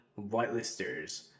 whitelisters